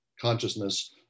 consciousness